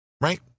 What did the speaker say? right